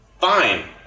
Fine